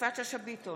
יפעת שאשא ביטון,